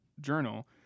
journal